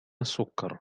السكر